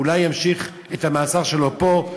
שאולי ימשיך את המאסר שלו פה.